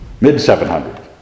mid-700